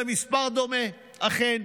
זה מספר דומה, אכן.